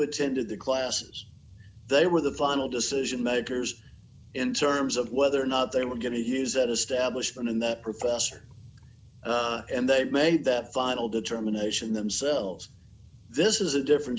attended the classes they were the final decision makers in terms of whether or not they were going to use that establishment in that professor d and they made that final determination themselves this is a different